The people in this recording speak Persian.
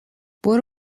برو